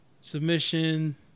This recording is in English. submission